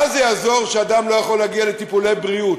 מה זה יעזור אם אדם לא יכול להגיע לטיפולי בריאות?